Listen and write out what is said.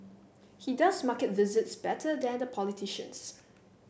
he does market visits better than the politicians